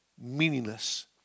meaningless